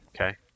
Okay